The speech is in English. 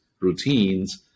routines